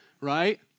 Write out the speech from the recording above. right